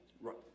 Right